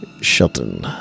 Shelton